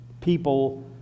People